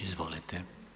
Izvolite.